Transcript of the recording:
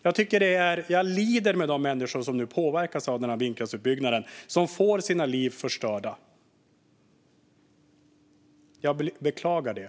Jag lider med de människor som nu påverkas av vindkraftsutbyggnaden, som får sina liv förstörda. Jag beklagar det.